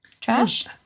Trash